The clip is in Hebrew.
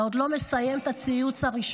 אבל אתה עוד לא מסיים את הציוץ הראשון,